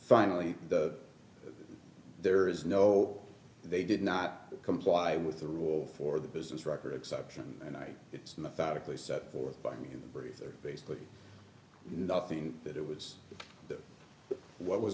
finally the there is no they did not comply with the rule for the business record exception and it's methodically set forth by me and breezer basically nothing that it was what was